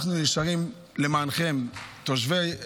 אנחנו נשארים למענכם, תושבי ישראל,